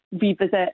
Revisit